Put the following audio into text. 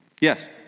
Yes